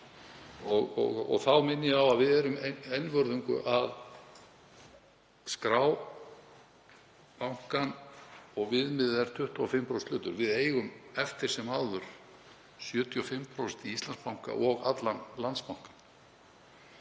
Þá minni ég á að við erum einvörðungu að skrá bankann og viðmiðið er 25% hlutur. Við eigum eftir sem áður 75% í Íslandsbanka og allan Landsbankann